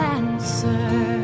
answer